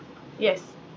yes